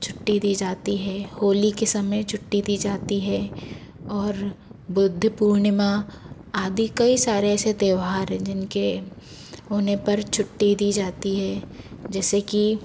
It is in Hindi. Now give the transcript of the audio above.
छुट्टी दी जाती है होली के समय छुट्टी दी जाती है और बुद्ध पूर्णिमा आदि कई सारे ऐसे त्यौहार है जिनके होने पर छुट्टी दी जाती है जैसे कि